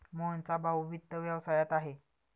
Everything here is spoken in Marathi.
मोहनचा भाऊ वित्त व्यवसायात आहे